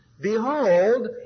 Behold